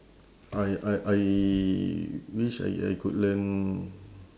I I I wish I I could learn